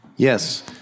Yes